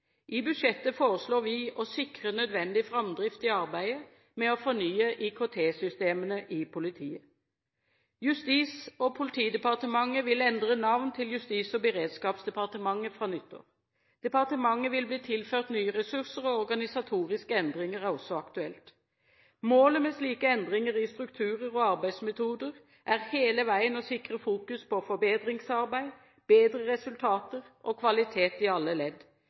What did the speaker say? I budsjettet forslår vi å sikre nødvendig framdrift i arbeidet med å fornye IKT-systemene i politiet. Justis- og politidepartementet vil endre navn til Justis- og beredskapsdepartementet fra nyttår. Departementet vil bli tilført nye ressurser, og organisatoriske endringer er også aktuelt. Målet med slike endringer i strukturer og arbeidsmetoder må hele veien være å sikre fokuseringen på forbedringsarbeid, bedre resultater og kvalitet i alle ledd.